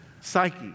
psyche